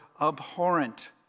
abhorrent